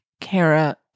Kara